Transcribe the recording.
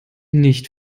nicht